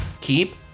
keep